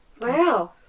Wow